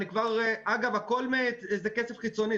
אגב, הכול זה כסף חיצוני.